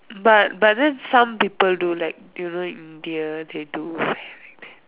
but but then some people do like you know India they do ya like that